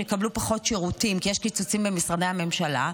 שיקבלו פחות שירותים כי יש קיצוצים במשרדי הממשלה,